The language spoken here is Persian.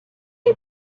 این